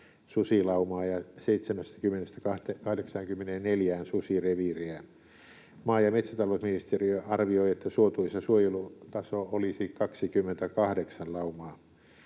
susilaumaa ja 70—84 susireviiriä. Maa- ja metsätalousministeriö arvioi, että suotuisa suojelutaso olisi 28 laumaa.